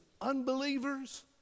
unbelievers